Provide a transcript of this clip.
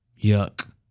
Yuck